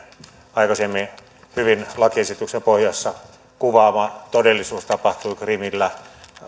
aikaisemmin hyvin kuvaama ja lakiesityksen pohjassa kuvattu todellisuus tapahtui krimillä